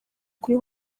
kuri